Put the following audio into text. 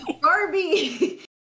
barbie